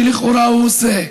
שלכאורה הוא עושה.